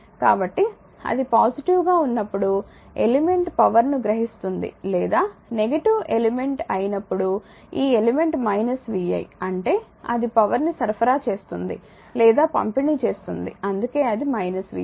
కాబట్టి అది పాజిటివ్ గా ఉన్నప్పుడు ఎలిమెంట్ పవర్ ను గ్రహిస్తుంది లేదా నెగెటివ్ ఎలిమెంట్ అయినప్పుడు ఈ ఎలిమెంట్ vi అంటే అది పవర్ ని సరఫరా చేస్తుంది లేదా పంపిణీ చేస్తుంది అందుకే అది vi